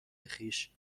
خویش